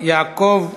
יעקב אשר,